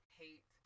hate